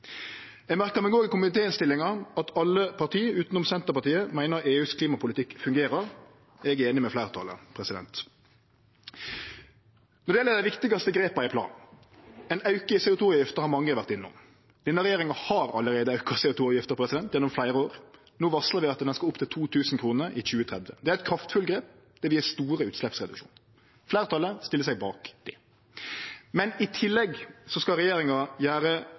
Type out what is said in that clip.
Eg merkar meg òg i komitéinnstillinga at alle parti, utanom Senterpartiet, meiner EUs klimapolitikk fungerer. Eg er einig med fleirtalet. Når det gjeld dei viktigaste grepa i planen, har mange vore innom ein auke i CO 2 -avgifta. Denne regjeringa har allereie auka CO 2 -avgifta, gjennom fleire år. No varslar vi at avgifta skal opp til 2 000 kr i 2030. Det er eit kraftfullt grep. Det vil gje store utsleppsreduksjonar. Fleirtalet stiller seg bak det. I tillegg skal regjeringa gjere